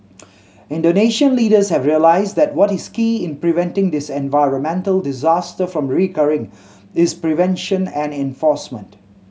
Indonesian leaders have realised that what is key in preventing this environmental disaster from recurring is prevention and enforcement